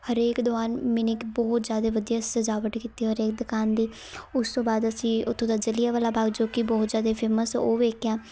ਹਰੇਕ ਦੁਕਾਨ ਮੀਨਿੰਗ ਬਹੁਤ ਜ਼ਿਆਦਾ ਵਧੀਆ ਸਜਾਵਟ ਕੀਤੀ ਹਰੇਕ ਦੁਕਾਨ ਦੀ ਉਸ ਤੋਂ ਬਾਅਦ ਅਸੀਂ ਉੱਥੋਂ ਦਾ ਜ਼ਲ੍ਹਿਆਂਵਾਲਾ ਬਾਗ ਜੋ ਕਿ ਬਹੁਤ ਜ਼ਿਆਦਾ ਫੇਮਸ ਉਹ ਵੇਖਿਆ